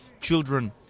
children